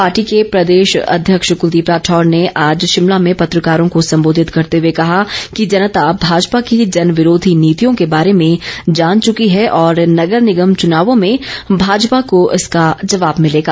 party के प्रदेश अध्यक्ष कलदीप राठौर ने आज शिमला में पत्रकारों को ैसंबोधित करते हुए कहा कि जनता भाजपा की जनविरोधी नींतियों के बारे में जान चुकी है और नगर निगम चुनावों में भाजपा को इसका जवाब मिलेगा